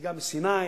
הנסיגה מסיני,